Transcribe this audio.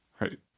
right